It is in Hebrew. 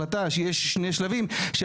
שיש שני שלבים,